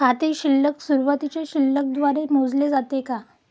खाते शिल्लक सुरुवातीच्या शिल्लक द्वारे मोजले जाते का?